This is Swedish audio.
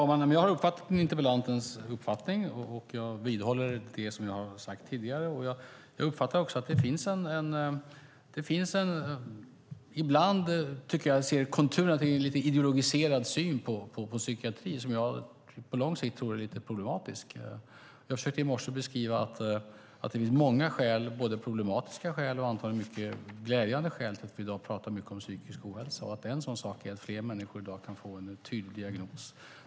Herr talman! Jag har uppfattat interpellantens uppfattning. Jag vidhåller det som jag har sagt tidigare. Jag uppfattar också att en ibland ideologiserad syn på psykiatri, som jag på lång sikt tror är problematisk. Jag försökte i morse beskriva att det finns många skäl, både problematiska skäl och glädjande skäl, till att vi i dag talar mycket om psykisk ohälsa. Ett sådant skäl är att fler människor i dag kan få en tydlig diagnos.